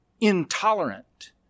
intolerant